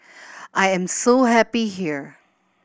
I am so happy here